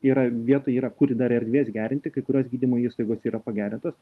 yra vietų yra kur dar erdvės gerinti kai kurios gydymo įstaigos yra pagerintos